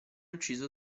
ucciso